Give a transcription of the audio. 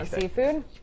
seafood